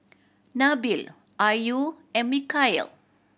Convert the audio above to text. Nabil Ayu and Mikhail